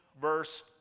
verse